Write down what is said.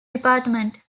department